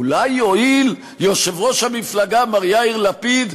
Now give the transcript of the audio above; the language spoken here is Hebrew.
אולי יואיל יושב-ראש המפלגה מר יאיר לפיד,